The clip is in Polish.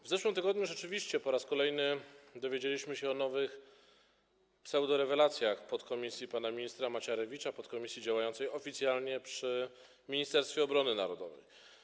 W zeszłym tygodniu rzeczywiście po raz kolejny dowiedzieliśmy się o nowych pseudorewelacjach podkomisji pana ministra Macierewicza, podkomisji działającej oficjalnie przy Ministerstwie Obrony Narodowej.